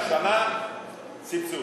לקייטנה החרדית יקבל השנה סבסוד.